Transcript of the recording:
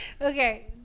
okay